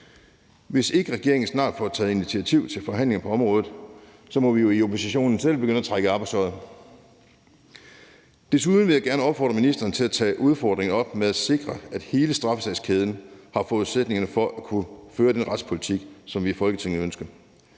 Hvis ikke regeringen snart får taget initiativ til forhandlinger på området, må vi jo i oppositionen selv begynde at trække i arbejdstøjet. Desuden vil jeg gerne opfordre ministeren til at tage udfordringen op med at sikre, at hele straffesagskæden har forudsætningerne for at kunne føre den retspolitik, som vi i Folketinget ønsker.